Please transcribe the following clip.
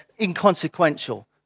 inconsequential